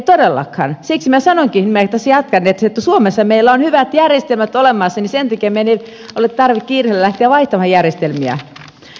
siksi minä sanoinkin minä tässä jatkan että suomessa meillä on hyvät järjestelmät olemassa ja sen takia meidän ei ole tarve kiireellä lähteä vaihtamaan järjestelmiä